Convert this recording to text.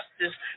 justice